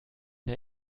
der